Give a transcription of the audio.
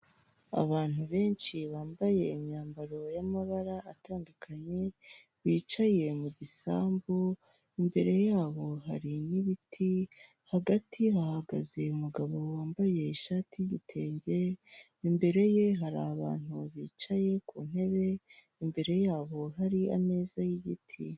Abantu benshi bambaye imyambaro y'amabara atandukanye bicaye mu gisambu, imbere yabo hari n'ibiti hagati bahagaze umugabo wambaye ishati y'igitenge, imbere ye hari abantu bicaye ku ntebe, imbere yabo hari ameza y'igiti.